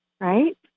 right